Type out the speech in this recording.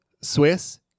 Swiss